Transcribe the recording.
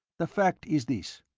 the fact is this,